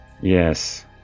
Yes